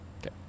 Okay